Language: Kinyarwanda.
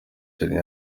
charly